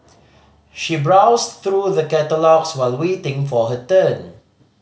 she browsed through the catalogues while waiting for her turn